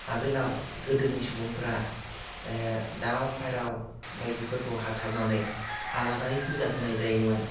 ओगोलाव गोदोनि सुबुंफ्रा दाउ फारौ बायदिफोरखौ हाथारनानै आलादायै फुजा होनाय जायोमोन